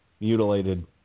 mutilated